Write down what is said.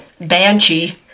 banshee